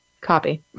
copy